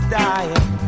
dying